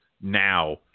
now